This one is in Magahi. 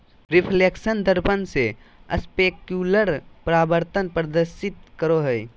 रिफ्लेक्शन दर्पण से स्पेक्युलर परावर्तन प्रदर्शित करो हइ